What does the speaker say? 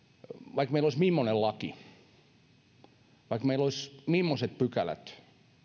vaikka meillä olisi mimmoinen laki vaikka meillä olisi mimmoiset pykälät